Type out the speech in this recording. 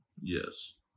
Yes